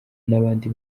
n’abandi